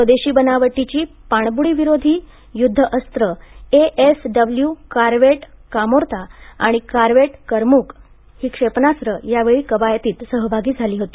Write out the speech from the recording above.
स्वदेशी बनावटीची पाणबुडीविरोधी युद्ध अस्त्र एएसडब्ल्यू कॉर्वेट कामोर्ता आणि कॉर्वेट करमुक क्षेपणास्त्रांची यावेळी या कवायतींत सहभागी झाले होते